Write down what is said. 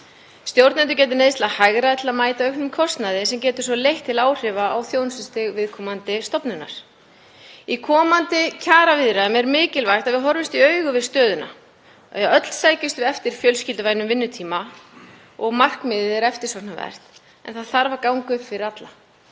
Stjórnendur gætu neyðst til að hagræða til að mæta auknum kostnaði sem getur aftur leitt til áhrifa á þjónustustig viðkomandi stofnunar. Í komandi kjaraviðræðum er mikilvægt að við horfumst í augu við stöðuna. Öll sækjumst við eftir fjölskylduvænum vinnutíma og markmiðið er eftirsóknarvert. En það þarf að ganga upp fyrir alla,